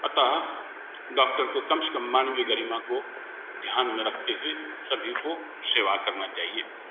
अतः डॉक्टर को कम से कम मानवीय गरिमा को ध्यान में रखते हुए सभी को सेवा करना चाहिए